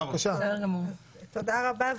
תודה רבה.